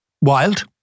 wild